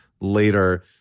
later